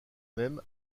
même